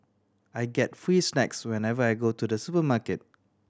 I get free snacks whenever I go to the supermarket